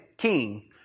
king